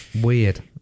Weird